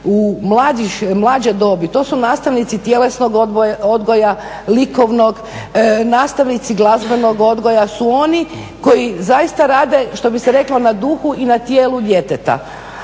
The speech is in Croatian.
u mlađe dobi, to su nastavnici tjelesnog odgoja, likovnog, nastavnici glazbenog odgoja su oni koji zaista rade, što bi se reklo na duhu i na tijelu djeteta.